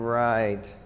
right